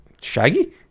shaggy